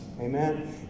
Amen